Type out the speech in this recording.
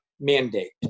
mandate